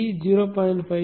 d 0